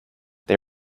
they